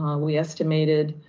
um we estimated,